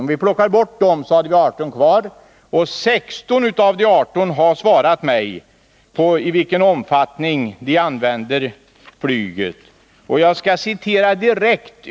Om vi räknar bort dem har vi 18 myndigheter kvar, och 16 av dessa 18 myndigheter har svarat mig på min fråga i vilken omfattning tjänstemännen använder flyget.